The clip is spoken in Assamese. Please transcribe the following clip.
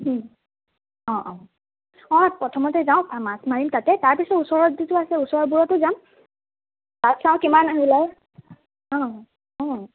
ওঁ অঁ অঁ অঁ প্ৰথমতে যাওঁ মাছ মাৰিম তাতে তাৰপিছত ওচৰত যিটো আছে ওচৰৰ বোৰতো যাম মাছ চাওঁ কিমান আহিলে অঁ অঁ